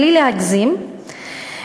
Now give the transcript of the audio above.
בלי להגזים,